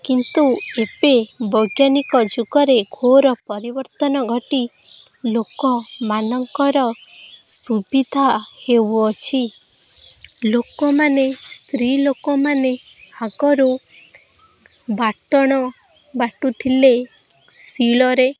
କିନ୍ତୁ ଏବେ ବୈଜ୍ଞାନିକ ଯୁଗରେ ଘୋର ପରିବର୍ତ୍ତନ ଘଟି ଲୋକମାନଙ୍କର ସୁବିଧା ହେଉଅଛି ଲୋକମାନେ ସ୍ତ୍ରୀ ଲୋକମାନେ ଆଗରୁ ବାଟଣ ବାଟୁଥିଲେ ଶିଳରେ